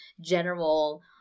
general